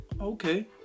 okay